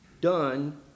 done